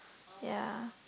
ya